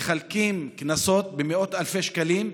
ומחלק קנסות במאות אלפי שקלים.